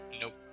Nope